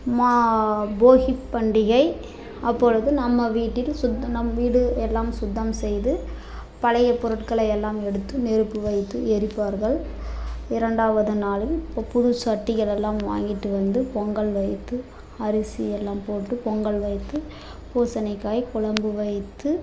மா போகிப்பண்டிகை அப்பொழுது நம்ம வீட்டில் சுத் நம் வீடு எல்லாம் சுத்தம் செய்து பழையப் பொருட்களை எல்லாம் எடுத்து நெருப்பு வைத்து எரிப்பார்கள் இரண்டாவது நாளில் புது சட்டிகள் எல்லாம் வாங்கிட்டு வந்து பொங்கல் வைத்து அரிசி எல்லாம் போட்டு பொங்கல் வைத்து பூசணிக்காய் குழம்பு வைத்து